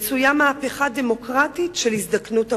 יש מהפכה דמוגרפית של הזדקנות האוכלוסייה.